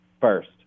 first